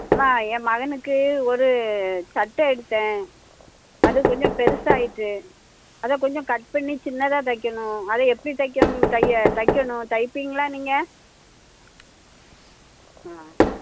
அம்மா என் மகனுக்கு ஒரு சட்டை எடுத்தேன் அது கொஞ்சம் பெருசாக ஆகிட்டு அதை கொஞ்சம் கட் பண்ணி சின்னதாக தைக்கணும் அதை எப்படி தைக்கணும் தைய தைக்கணும் தைப்பீங்களா நீங்கள் ஆ